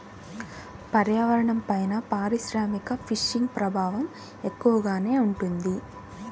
పర్యావరణంపైన పారిశ్రామిక ఫిషింగ్ ప్రభావం ఎక్కువగానే ఉంటుంది